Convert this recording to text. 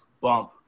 bump